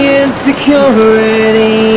insecurity